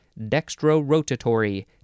dextrorotatory